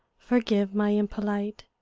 forgive my impolite.